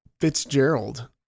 Fitzgerald